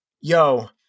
Yo